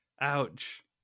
ouch